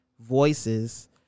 voices